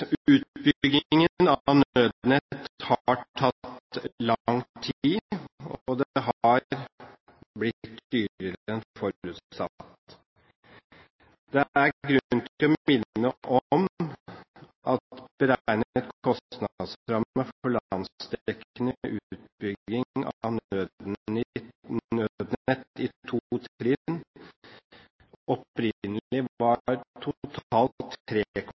har tatt lang tid, og det har blitt dyrere enn forutsatt. Det er grunn til å minne om at beregnet kostnadsramme for landsdekkende utbygging av Nødnett i to trinn opprinnelig var totalt